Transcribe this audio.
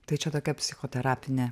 tai čia tokia psichoterapinė